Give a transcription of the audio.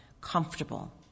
comfortable